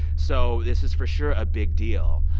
so this is for sure a big deal.